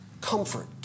comfort